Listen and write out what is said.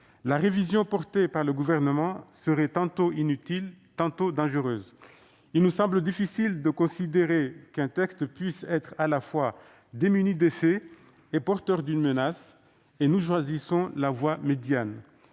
La révision portée par le Gouvernement serait tantôt inutile, tantôt dangereuse. Dans la mesure où il nous semble difficile de considérer qu'un texte puisse être à la fois dépourvu d'effet et porteur d'une menace, nous choisissons la voie médiane.